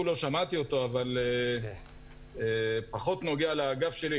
כולו שמעתי אבל הוא פחות נוגע לאגף שלי,